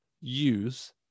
use